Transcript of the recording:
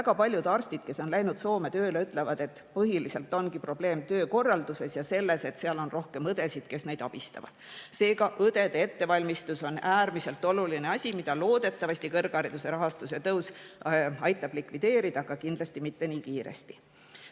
Väga paljud arstid, kes on läinud Soome tööle, ütlevad, et põhiliselt ongi probleem töökorralduses ja selles, et seal on rohkem õdesid, kes neid abistavad. Seega õdede ettevalmistus on äärmiselt oluline asi, mida loodetavasti kõrghariduse rahastuse tõus aitab likvideerida, aga kindlasti mitte nii kiiresti. Teiseks